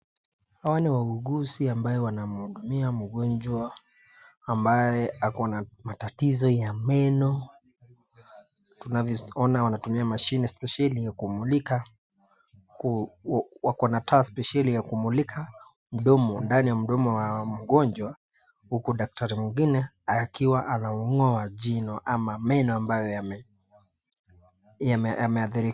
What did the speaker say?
Hawa ni wauguzi ambayo wanamhudumia mgonjwa ambaye ako na matatizo ya meno. Tunaona wanatumia mashine spesheli ya kumulika, wako na taa spesheli ya kumulika mdomo, ndani ya mdomo wa mgonjwa huku daktari mwengine akiwa anamng'oa jino ama meno ambayo yameathirika.